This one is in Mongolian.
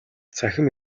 цахим